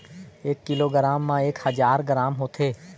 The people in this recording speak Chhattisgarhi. एक किलोग्राम म एक हजार ग्राम होथे